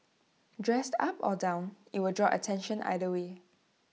dressed up or down IT will draw attention either way